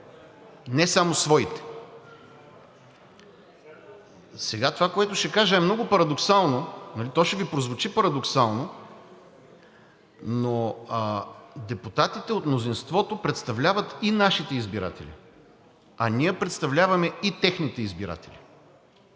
не само своите. Това, което ще кажа, е много парадоксално, то ще Ви прозвучи парадоксално, но депутатите от мнозинството представляват и нашите избиратели, а ние представляваме и техните избиратели,